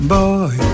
Boy